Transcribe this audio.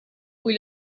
cui